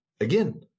again